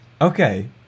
okay